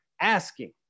asking